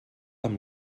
amb